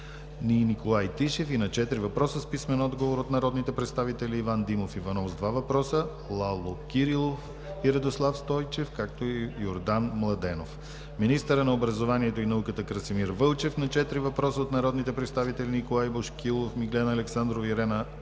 и Николай Тишев, и на четири въпроса с писмен отговор от народните представители Иван Димов Иванов – два въпроса, Лало Кирилов и Радослав Стойчев, както и Йордан Младенов; - министърът на образованието и науката Красимир Вълчев – на четири въпроса от народните представители Николай Бошкилов, Миглена Александрова, Ирена Анастасова